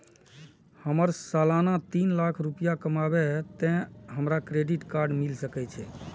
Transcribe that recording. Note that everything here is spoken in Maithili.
हमर सालाना तीन लाख रुपए कमाबे ते हमरा क्रेडिट कार्ड मिल सके छे?